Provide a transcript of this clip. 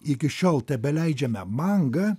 iki šiol tebeleidžiamę mangą